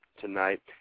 tonight